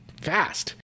fast